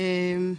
ירושלים,